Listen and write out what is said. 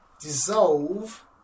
dissolve